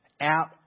out